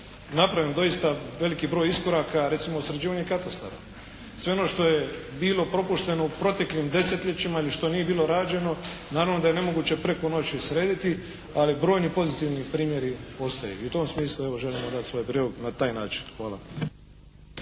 napravljen doista veliki broj iskoraka recimo u sređivanju katastara. Sve ono što je bilo propušteno u proteklim desetljećima ili što nije bilo rađeno naravno da je nemoguće preko noći srediti, ali brojni pozitivni primjeri ostaju. I u tom smislu evo želim vam dati svoj prilog na taj način. Hvala.